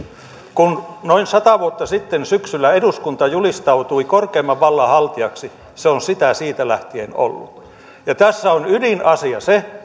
kun noin sata vuotta sitten syksyllä eduskunta julistautui korkeimman vallan haltijaksi se on sitä siitä lähtien ollut tässä on ydinasia se